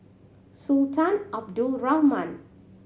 Sultan Abdul Rahman